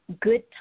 good